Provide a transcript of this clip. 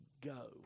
go